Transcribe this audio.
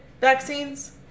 vaccines